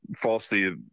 falsely